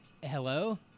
hello